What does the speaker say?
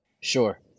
Sure